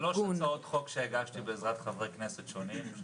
שלוש הצעות חוק שהגשתי בעזרת חברי כנסת שונים,